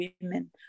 women